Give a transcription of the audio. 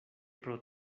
pro